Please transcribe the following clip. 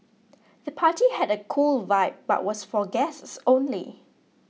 the party had a cool vibe but was for guests only